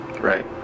Right